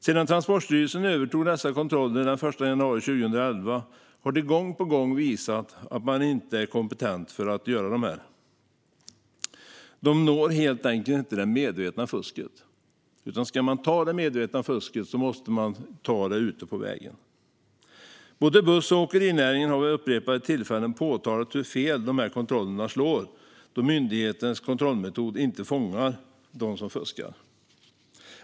Sedan Transportstyrelsen övertog dessa kontroller den 1 januari 2011 har man gång på gång visat att man inte är kompetent att göra dem. Man når helt enkelt inte det medvetna fusket. Ska det medvetna fusket tas måste det tas ute på vägarna. Både buss och åkerinäringen har vid upprepade tillfällen påtalat hur fel dessa kontroller slår då myndighetens kontrollmetoder inte fångar dem som fuskar.